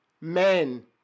men